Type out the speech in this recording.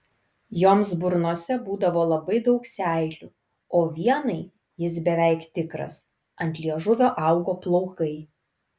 joms burnose būdavo labai daug seilių o vienai jis beveik tikras ant liežuvio augo plaukai